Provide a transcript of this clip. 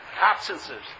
absences